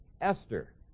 Esther